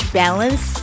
balance